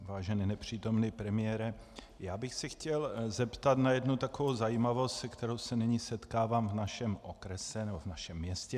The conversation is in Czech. Vážený nepřítomné premiére, chtěl bych se zeptat na jednu takovou zajímavost, se kterou se nyní setkávám v našem okrese nebo v našem městě.